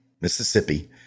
Mississippi